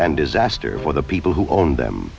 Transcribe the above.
and disaster for the people who own them